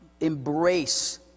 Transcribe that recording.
embrace